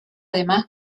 además